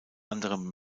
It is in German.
anderem